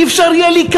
לא יהיה אפשר להיכנס,